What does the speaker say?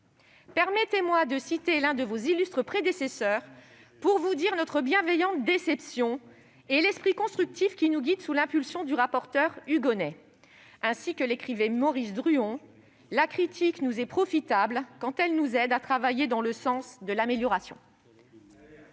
Permettez-moi de citer l'un de vos illustres prédécesseurs pour vous dire notre bienveillante déception et l'esprit constructif qui nous guide, sous l'impulsion du rapporteur Hugonet. Ainsi que l'écrivait Maurice Druon, « la critique nous est profitable, quand elle nous aide à travailler dans le sens de l'amélioration